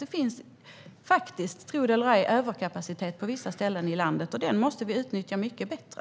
Det finns nämligen - tro det eller ej - en överkapacitet på vissa ställen i landet, och den måste vi utnyttja mycket bättre.